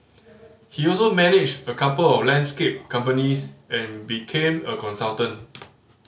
he also managed a couple of landscape companies and became a consultant